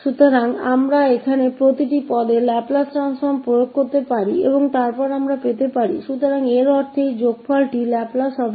इसलिए हम यहां प्रत्येक पद के लिए लाप्लास परिवर्तन लागू कर सकते हैं और फिर हम प्राप्त कर सकते हैं